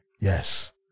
Yes